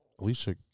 Alicia